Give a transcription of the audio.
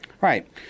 Right